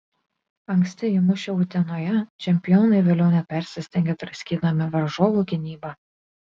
anksti įmušę utenoje čempionai vėliau nepersistengė draskydami varžovų gynybą